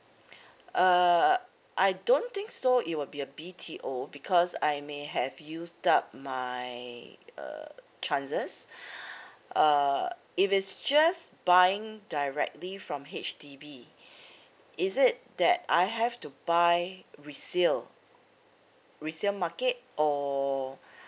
err I don't think so it will be a B_T_O because I may have used up my err chances uh if it's just buying directly from H_D_B is it that I have to buy resale resale market or